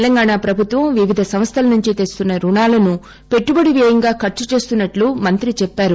తెలంగాణ ప్రభుత్వం వివిధ సంస్థల నుంచి తెస్తున్న రుణాలను పెట్టుబడి వ్యయంగా ఖర్చుచేస్తోందని హరీష్ రావు చెప్పారు